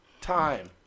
time